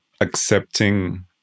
accepting